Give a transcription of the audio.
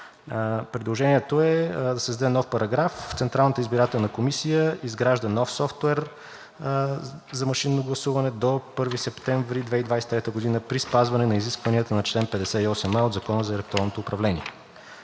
Предложението е да се създаде нов параграф: „Централната избирателна комисия изгражда нов софтуер за машинно гласуване до 1 септември 2023 г. при спазване на изискванията на чл. 58а от Закона за електронното управление.“